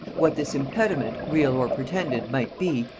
what this impediment, real or pretended, might be,